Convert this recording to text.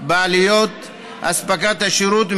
בעלויות אספקת השירות,